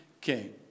King